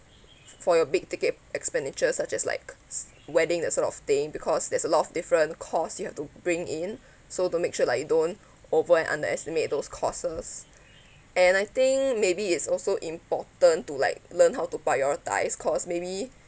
for your big ticket expenditures such as like S wedding that sort of thing because there's a lot of different cost you have to bring in so to make sure like you don't over and under estimate those costs and I think maybe it's also important to like learn how to prioritise cause maybe